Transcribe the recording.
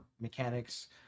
mechanics